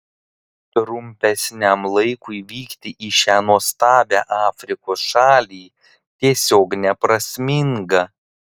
trumpesniam laikui vykti į šią nuostabią afrikos šalį tiesiog neprasminga